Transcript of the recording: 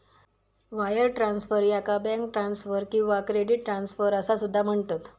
wire transfer, याका bank transfer किंवा credit transfer असा सुद्धा म्हणतत